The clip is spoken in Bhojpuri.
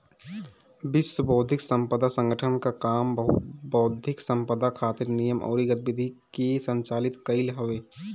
विश्व बौद्धिक संपदा संगठन कअ काम बौद्धिक संपदा खातिर नियम अउरी गतिविधि के संचालित कईल हवे